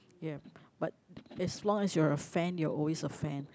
ya but as long as you're a fan you're always a fan